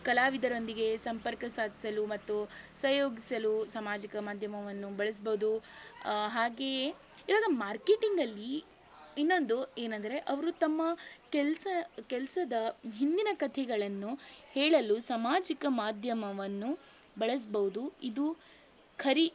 ಕಲಾವಿದರೊಂದಿಗೆ ಸಂಪರ್ಕ ಸಾಧಿಸಲು ಮತ್ತು ಸಂಯೋಗಿಸಲು ಸಾಮಾಜಿಕ ಮಾಧ್ಯಮವನ್ನು ಬಳಸ್ಬೌದು ಹಾಗೆಯೇ ಇವಾಗ ಮಾರ್ಕೆಟಿಂಗಲ್ಲಿ ಇನ್ನೊಂದು ಏನಂದರೆ ಅವರು ತಮ್ಮ ಕೆಲಸ ಕೆಲಸದ ಹಿಂದಿನ ಕಥೆಗಳನ್ನು ಹೇಳಲು ಸಾಮಾಜಿಕ ಮಾಧ್ಯಮವನ್ನು ಬಳಸ್ಬೌದು ಇದು ಖರಿ